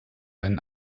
einen